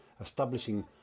establishing